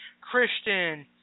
Christian